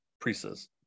priests